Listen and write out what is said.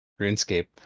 RuneScape